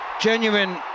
Genuine